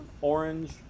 orange